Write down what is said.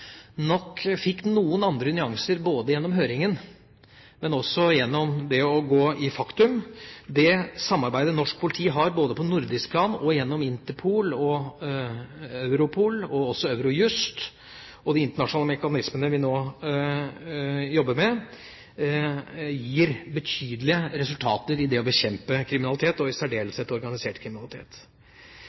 nok fikk noen andre nyanser gjennom høringen, men også det faktum at samarbeidet norsk politi har på nordisk plan gjennom Interpol, Europol og også Eurojust, og de internasjonale mekanismene vi nå jobber med, gir betydelige resultater når det gjelder å bekjempe kriminalitet, og i særdeleshet organisert kriminalitet.